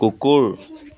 কুকুৰ